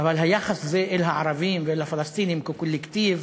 אבל היחס הזה אל הערבים ואל הפלסטינים כאל קולקטיב